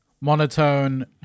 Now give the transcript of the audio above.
monotone